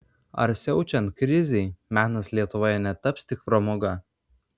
ar siaučiant krizei menas lietuvoje netaps tik pramoga